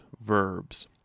verbs